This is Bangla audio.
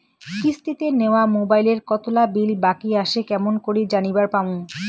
কিস্তিতে নেওয়া মোবাইলের কতোলা বিল বাকি আসে কেমন করি জানিবার পামু?